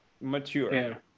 mature